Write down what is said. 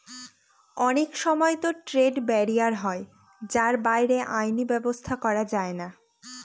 অনেক সময়তো trade barrier হয় যার বাইরে আইনি ব্যাবস্থা করা যায়না